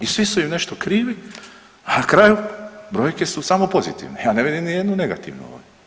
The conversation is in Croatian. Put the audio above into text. I svi su im nešto krivi, a na kraju brojke su samo pozitivne, ja ne vidim ni jednu negativnu ovdje.